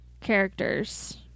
characters